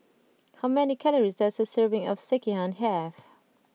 how many calories does a serving of Sekihan have